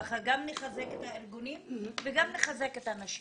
ככה גם נחזק את הארגונים וגם נחזק את הנשים.